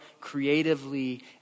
creatively